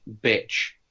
bitch